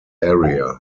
area